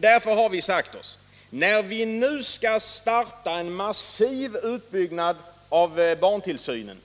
Därför har vi sagt oss: När vi nu skall starta en massiv utbyggnad 59 av barntillsynen